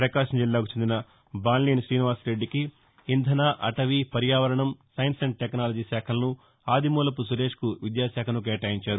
ప్రకాశం జిల్లాకు చెందిన బాలినేని గ్రీనివాసరెద్దికి ఇంధన అటవీ పర్యావరణం సైన్స్ అండ్ టెక్నాలజీ శాఖలను ఆదిమూలపు సురేష్ కు విద్యాశాఖను కేటాయించారు